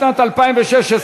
בתי-חולים ממשלתיים,